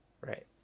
Right